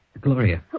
Gloria